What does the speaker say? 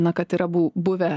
na kad yra bu buvę